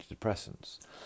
antidepressants